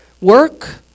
work